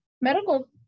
medical